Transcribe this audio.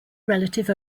relative